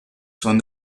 son